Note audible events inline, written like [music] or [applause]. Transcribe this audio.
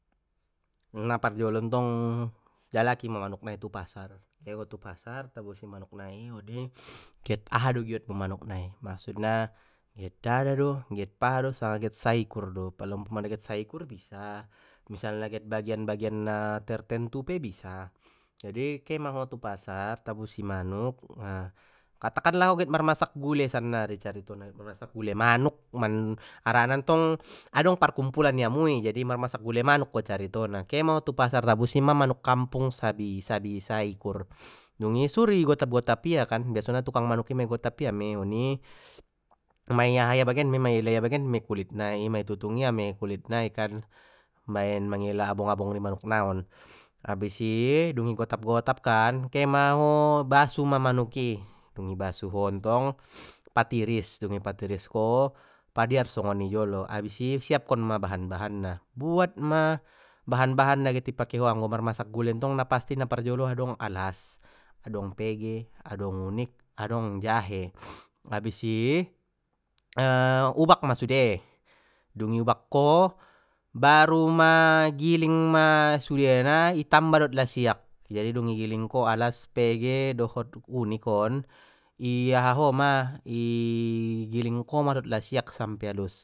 Na parjolo ntong jalaki ma manuk nai tu pasar kehe ho tu pasar tabusi manuk nai get aha do giot mu manuk nai get dada do get paha do sanga get saikur do pala umpamana get saikur bisa, misalna get bagian bagian tertentu pe bisa jadi ke maho tu pasar tabusi manuk katakan lah ho get marmasak gule sannari caritona marmasak gule manuk man [noise] harana ntong adong parkumpulan i amu i jadi marmasak gule manuk ko caritona ke maho tu pasar tabusi manuk kampung sa bi-sa bi-sa ikur [noise] dungi suru i gotap gotap ia kan biasona tukang manuk i ma i gotap ia mei, ma i ela ia bagen maei kulit nai ma i tutung ia mei kulit nai baen mangela abong abong ni manuk naon abis i, dung i gotap gotap kan ka ma ho basu ma manuk i dung i basu ho ntong patiris dung i patiris ko padiar soni jolo abis i siapkon ma bahan bahan na buat ma bahan bahan na anggo marmasak gule ntong na pasti na parjolo adong alas, adong pege, adong unik, adong jahe [noise] abis i [noise] ubak ma sude dung iubak ko baru ma giling sudena itamba dot lasiak jadi dung igiling ko alas pege dohot unik on i aha homa i giling ko ma dohot lasiak sampe alus.